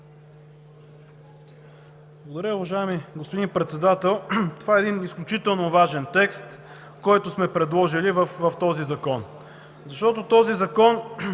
Благодаря, уважаеми господин Председател. Това е един изключително важен текст, който сме предложили в този закон. Освен всички